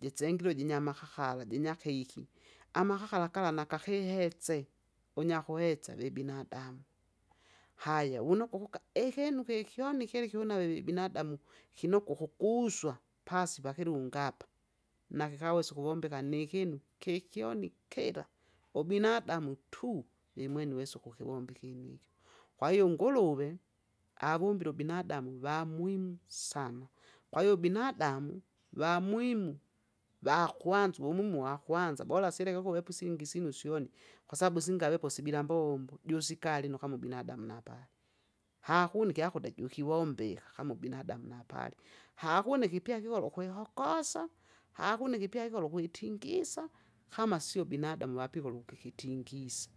jisengirwe ujinyamakakala jinyakeiki, amakakala gala nakakihese, unyakuhesa vibinadamu. Haya vunokwa ukuka ekinunu kikyoni kira kiunave vi binadamu, kinokwa ukukswa pasi pakilunga apa, nakikawesa ukuvombeka nikinu kikyoni kira! ubinadamu tu imwene iwesa ukukivomba ikinu iki. Kwahiyo unguruve, avumbile ubinadamu vamuhimu sana. Kwahiyo binadamu, vamuhimu, vakwanza uvumumu wakwanza bola sileke ukuwepusingi isinu syoni, kwasabu singawepo sibila mbombo, jusikali nukama ubinadamu napale. Hakuna ikyakute jukiwombika kama ubinadamu napali. hakuna ikipya ikikolo ukwihokosa, hakuna ikipya ikolo ukwitingisa kama sio binadamu wapikulu ukukitingisa.